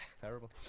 Terrible